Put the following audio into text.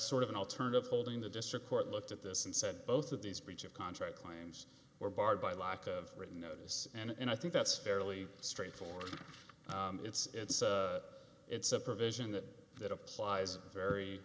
sort of an alternative holding the district court looked at this and said both of these breach of contract claims were barred by lack of written notice and i think that's fairly straightforward it's it's a provision that that applies very